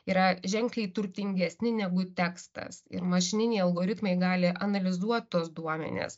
yra ženkliai turtingesni negu tekstas ir mašininiai algoritmai gali analizuot tuos duomenis